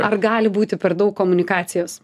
ar gali būti per daug komunikacijos